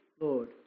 Lord